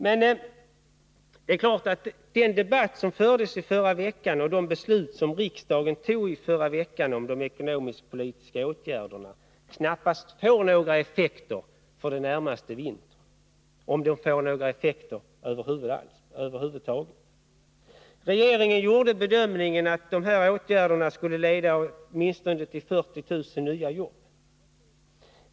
Det framgår emellertid klart av den debatt som fördes förra veckan att de ekonomisk-politiska åtgärder som riksdagen då fattade beslut om knappast får några effekter för den närmast kommande vintern, om de nu får några effekter över huvud taget. Regeringen gjorde bedömningen att dessa åtgärder skulle leda till åtminstone 40 000 nya jobb.